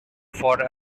for